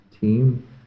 team